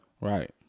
Right